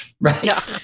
Right